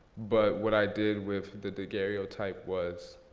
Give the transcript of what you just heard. but what i did with the daguerreotype was